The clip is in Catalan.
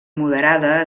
moderada